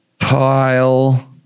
pile